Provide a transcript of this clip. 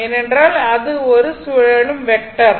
ஏனென்றால் இது ஒரு சுழலும் வெக்டர் vector